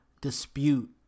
dispute